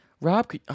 Rob